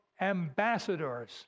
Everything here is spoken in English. ambassadors